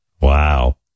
Wow